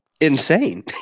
insane